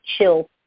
chill